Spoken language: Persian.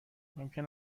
ممکن